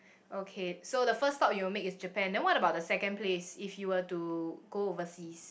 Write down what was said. okay so the first stop you'll make is Japan then what about the second place if you were to go overseas